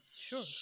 Sure